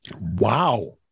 Wow